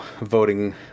voting